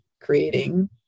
creating